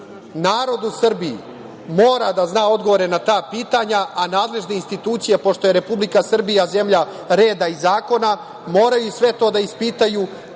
Narod u Srbiji mora da zna odgovore na ta pitanja, a nadležne institucije, pošto je Republike Srbija zemlja reda i zakona, moraju sve to da ispitaju,